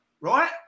right